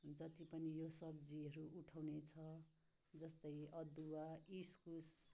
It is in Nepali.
जति पनि यो सब्जीहरू उठाउने छ जस्तै अदुवा इस्कुस